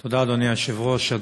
תודה, אדוני היושב-ראש.